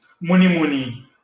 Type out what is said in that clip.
Muni-muni